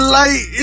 light